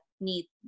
need